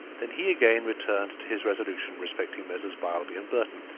then he again returned to his resolution respecting messrs. beilby and burton,